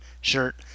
shirt